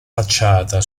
facciata